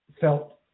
felt